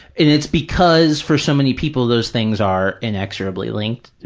and it's because, for so many people, those things are inexorably linked.